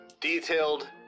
detailed